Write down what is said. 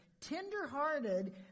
tenderhearted